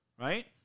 right